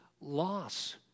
loss